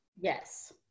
Yes